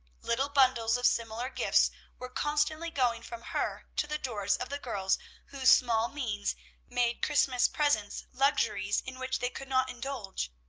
little bundles of similar gifts were constantly going from her to the doors of the girls whose small means made christmas presents luxuries in which they could not indulge.